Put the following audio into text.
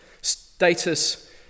Status